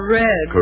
red